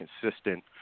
consistent